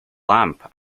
lamp